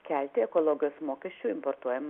kelti ekologijos mokesčių importuojam